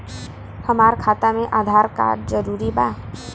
हमार खाता में आधार कार्ड जरूरी बा?